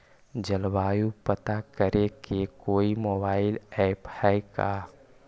जलवायु पता करे के कोइ मोबाईल ऐप है का?